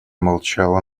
молчала